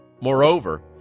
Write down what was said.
Moreover